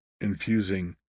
infusing